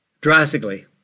drastically